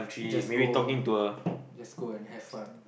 just go just go and have fun